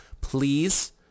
please